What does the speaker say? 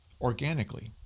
organically